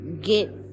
get